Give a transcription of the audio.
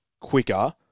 quicker